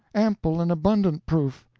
ample and abundant proof!